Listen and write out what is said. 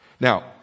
Now